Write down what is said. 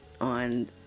on